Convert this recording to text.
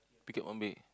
ticket one bay